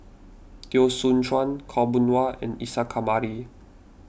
Teo Soon Chuan Khaw Boon Wan and Isa Kamari